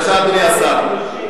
בבקשה, אדוני השר.